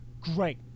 great